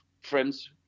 friends